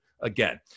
again